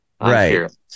right